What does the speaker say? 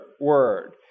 word